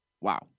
wow